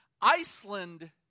Iceland